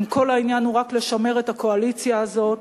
אם כל העניין הוא רק לשמר את הקואליציה הזאת,